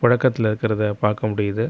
புழக்கத்தில் இருக்கறதை பார்க்க முடியுது